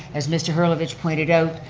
as mr. herlovitch pointed out,